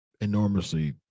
enormously